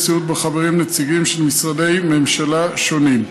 סיעוד שבה חברים נציגים של משרדי ממשלה שונים.